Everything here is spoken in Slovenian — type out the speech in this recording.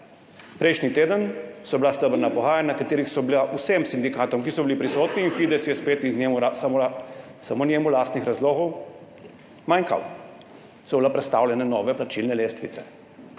Prejšnji teden so bila stebrna pogajanja, na katerih so bile vsem sindikatom, ki so bili prisotni – in Fides je spet iz samo njemu lastnih razlogov manjkal – predstavljene nove plačilne lestvice,